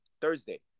Thursday